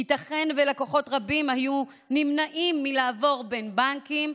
ייתכן שלקוחות רבים היו נמנעים מלעבור בין בנקים,